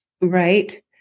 Right